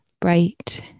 bright